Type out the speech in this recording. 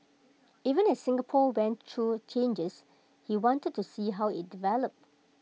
even as Singapore went through changes he wanted to see how IT developed